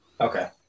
Okay